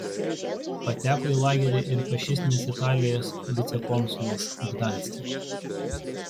pateko į lagerį ir fašistinės italijos vicekonsulas gdanske